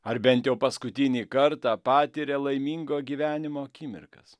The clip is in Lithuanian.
ar bent jau paskutinį kartą patiria laimingo gyvenimo akimirkas